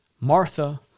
Martha